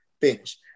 Finish